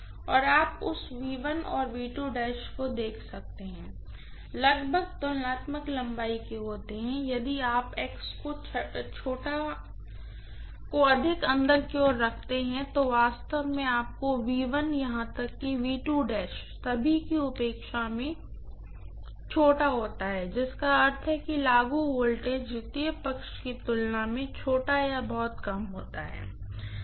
और आप उस और देख सकते हैं लगभग तुलनात्मक लंबाई के होते हैं यदि आप x को अधिक अंदर की ओर रखते हैं तो वास्तव में आपका यहां तक कि सभी की अपेक्षा में छोटा होता है जिसका अर्थ है कि लागू वोल्टेज सेकेंडरी साइड की तुलना में छोटा या थोड़ा कम होता है